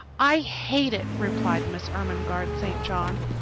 i hate it! replied miss ermengarde st. john.